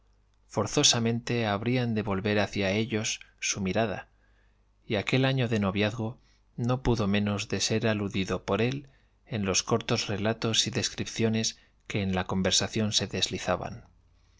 forzosamente habrían de volver hacia ellos su mirada y aquel año de noviazgo no pudo menos de ser aludido por él en los cortos relates y descripciones que en la conversación se deslizaban